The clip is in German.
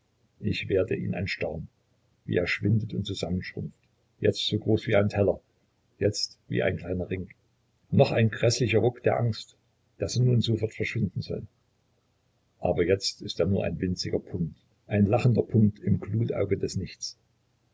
ich werd ihn anstarren wie er schwindet und zusammen schrumpft jetzt so groß wie ein teller jetzt wie ein kleiner ring noch ein gräßlicher ruck der angst daß er nun sofort verschwinden soll aber jetzt ist er nur ein winziger punkt ein lachender punkt im glutauge des nichts